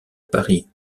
paris